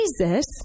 Jesus